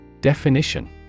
Definition